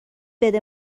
بده